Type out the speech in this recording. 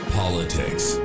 politics